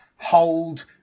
hold